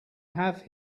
have